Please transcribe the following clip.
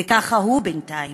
וככה הוא בינתיים.